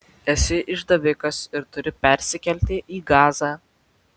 esi išdavikas ir turi persikelti į gazą